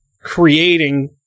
creating